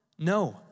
No